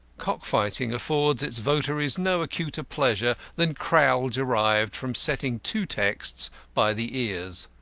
cock-fighting affords its votaries no acuter pleasure than crowl derived from setting two texts by the ears.